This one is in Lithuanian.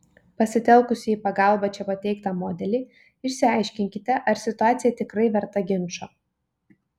pasitelkusi į pagalbą čia pateiktą modelį išsiaiškinkite ar situacija tikrai verta ginčo